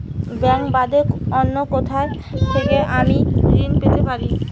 Bank বাদে অন্য কোথা থেকে আমি ঋন পেতে পারি?